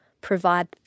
provide